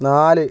നാല്